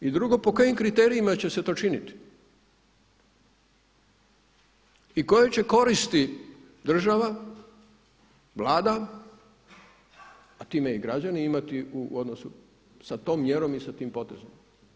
I drugo, po kojim kriterijima će se to činiti i koje će koristi država, Vlada, a time i građani imati u odnosu sa tom mjerom i sa tim potezom?